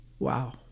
Wow